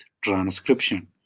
transcription